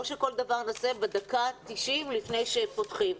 שנעשה כל דבר בדקה ה-90 לפני שפותחים.